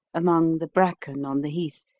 among the bracken on the heath,